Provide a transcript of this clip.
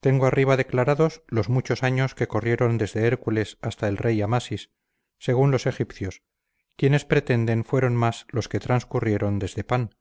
tengo arriba declarados los muchos años que corrieron desde hércules hasta el rey amasis según los egipcios quienes pretenden fueron más los que transcurrieron desde pan